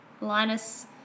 Linus